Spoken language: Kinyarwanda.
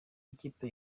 ikipe